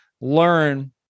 learn